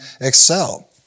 excel